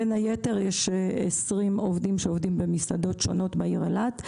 בין היתר יש 20 עובדים שעובדים במסעדות שונות בעיר אילת.